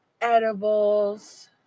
edibles